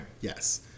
Yes